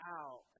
out